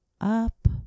up